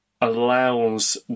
allows